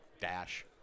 dash